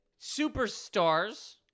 superstars